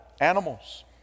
animals